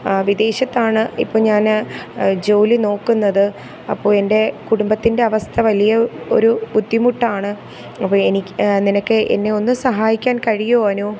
വിദേശത്താണ് ഇപ്പം ഞാന് ജോലി നോക്കുന്നത് അപ്പോൾ എൻ്റെ കുടുമ്പത്തിൻ്റെ അവസ്ഥ വലിയ ഒരു ബുദ്ധിമുട്ടാണ് അപ്പോൾ എനിക്ക് നിനക്ക് എന്നെ ഒന്ന് സഹായിക്കാൻ കഴിയുമോ അനു